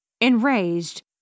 Enraged